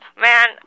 man